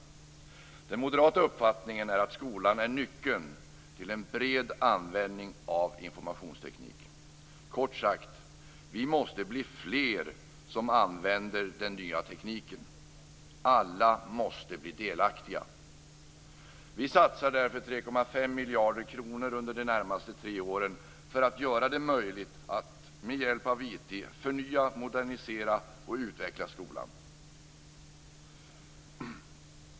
Den moderata uppfattningen är att skolan är nyckeln till en bred användning av informationsteknik. Kort sagt måste vi bli fler som använder den nya tekniken. Alla måste bli delaktiga. Vi satsar därför 3,5 miljarder kronor under de närmaste tre åren för att göra det möjligt att med hjälp av IT förnya, modernisera och utveckla skolan.